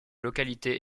localité